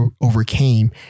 overcame